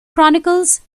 chronicles